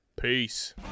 peace